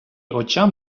очам